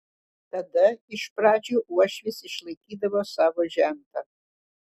tada iš pradžių uošvis išlaikydavo savo žentą